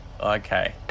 Okay